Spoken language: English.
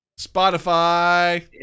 Spotify